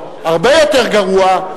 הרבה יותר גרוע,